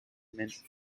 mint